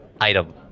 item